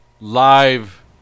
live